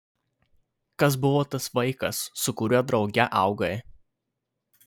kas buvo tas vaikas su kuriuo drauge augai